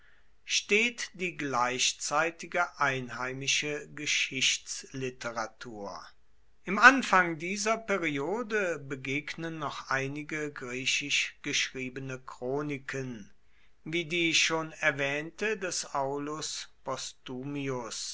steht die gleichzeitige einheimische geschichtsliteratur im anfang dieser periode begegnen noch einige griechisch geschriebene chroniken wie die schon erwähnte des aulus